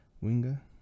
winger